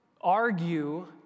argue